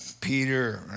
Peter